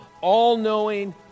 all-knowing